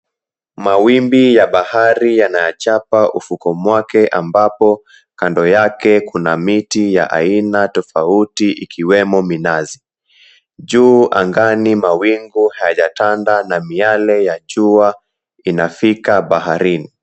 Mawimbi ya bahari yanachapa ufukwe chake ambapo kando yake kuna miti ya aina tofauti ikiwemo minazi juu angani mawingu haijatanda na miyale ya jua inafika baharini.